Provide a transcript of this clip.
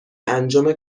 انجام